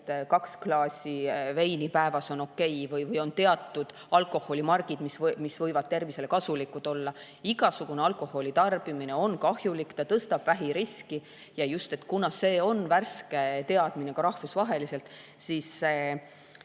et kaks klaasi veini päevas on okei või on teatud alkoholimargid, mis võivad tervisele kasulikud olla. Igasugune alkoholi tarbimine on kahjulik, tõstab vähiriski. Kuna see on värske teadmine ka rahvusvaheliselt, siis oli